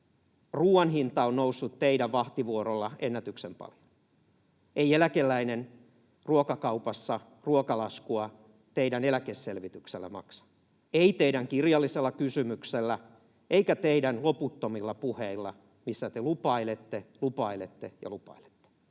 ruoan hinta on noussut teidän vahtivuorollanne ennätyksellisen paljon. Ei eläkeläinen ruokakaupassa ruokalaskua teidän eläkeselvityksellä maksa, ei teidän kirjallisella kysymyksellä eikä teidän loputtomilla puheilla, missä te lupailette, lupailette ja lupailette.